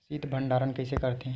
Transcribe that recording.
शीत भंडारण कइसे करथे?